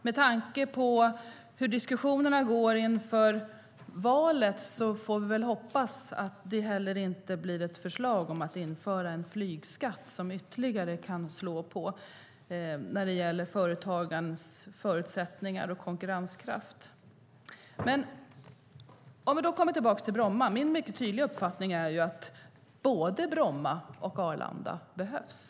Med tanke på hur diskussionerna går inför valet får vi väl hoppas att det inte kommer ett förslag om att införa en flygskatt, som ytterligare kan slå mot företagens förutsättningar och konkurrenskraft. Låt oss gå tillbaka till frågan om Bromma. Min mycket tydliga uppfattning är att både Bromma och Arlanda behövs.